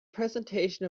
presentation